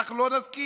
אנחנו לא נסכים.